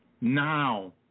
now